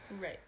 right